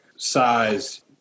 size